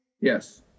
Yes